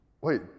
wait